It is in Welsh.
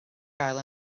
gael